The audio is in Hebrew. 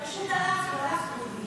הוא פשוט הלך, הלך דודי.